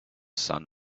sun